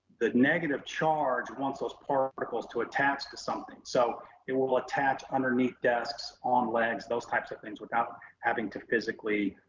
the negative charge wants those particles to attach to something. so it will will attach underneath desks on legs, those types of things, without having to physically